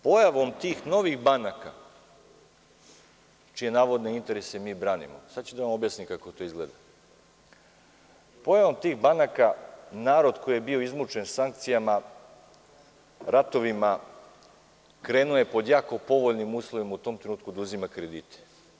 Pojavom tih novih banaka čije navodne interese branimo, sada ću vam objasniti kako to izgleda, pojavom tih banaka narod koji je bio izmučen sankcijama, ratovima, krenuo je pod jako povoljnim uslovima u tom trenutku da uzima kredite.